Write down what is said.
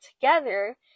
together